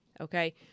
Okay